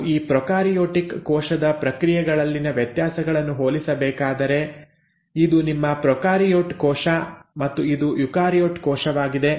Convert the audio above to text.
ನಾವು ಈ ಪ್ರೊಕಾರಿಯೋಟಿಕ್ ಕೋಶದ ಪ್ರಕ್ರಿಯೆಗಳಲ್ಲಿನ ವ್ಯತ್ಯಾಸಗಳನ್ನು ಹೋಲಿಸಬೇಕಾದರೆ ಇದು ನಿಮ್ಮ ಪ್ರೊಕಾರಿಯೋಟಿಕ್ ಕೋಶ ಮತ್ತು ಇದು ಯುಕಾರಿಯೋಟಿಕ್ ಕೋಶವಾಗಿದೆ